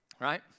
right